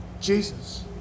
Jesus